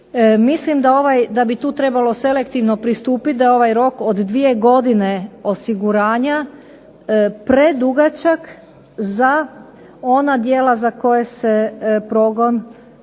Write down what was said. ovaj, da bi tu trebalo selektivno pristupiti. Da je ovaj rok od 2 godine osiguranja predugačak za ona djela za koje se progon vrši